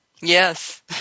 Yes